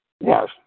Yes